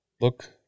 Look